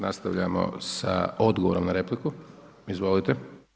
Nastavljamo sa odgovorom na repliku, izvolite.